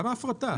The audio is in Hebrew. לא הפרטה.